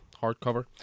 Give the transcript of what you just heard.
hardcover